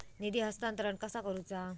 निधी हस्तांतरण कसा करुचा?